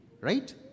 Right